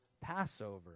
Passover